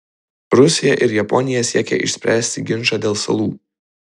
rusija ir japonija siekia išspręsti ginčą dėl salų